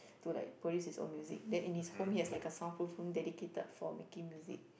to like produce his own music then in his home he has like a sound proof room dedicated for making music